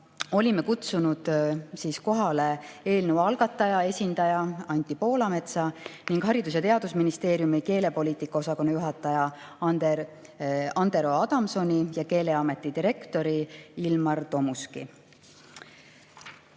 Olime kutsunud kohale eelnõu algataja esindaja Anti Poolametsa ning Haridus‑ ja Teadusministeeriumi keelepoliitika osakonna juhataja Andero Adamsoni ja Keeleameti direktori Ilmar